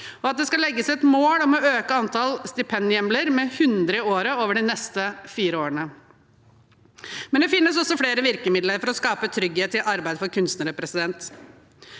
og at det skal settes et mål om å øke antall stipendhjemler med hundre i året over de neste fire årene. Det finnes også flere virkemidler for å skape trygghet i arbeid for kunstnere.